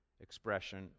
expression